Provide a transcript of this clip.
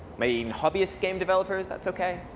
maybe even hobbyist game developers, that's ok.